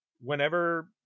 whenever